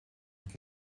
het